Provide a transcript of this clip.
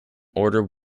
order